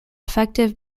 effective